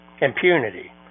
impunity